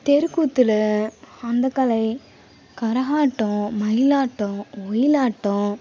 தெருக்கூத்தில் அந்தக் கலை கரகாட்டம் மயிலாட்டம் ஒயிலாட்டம்